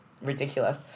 ridiculous